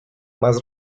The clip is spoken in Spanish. más